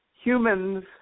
humans